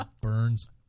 Burns